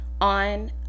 on